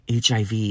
HIV